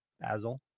basil